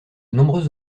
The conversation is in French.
nombreux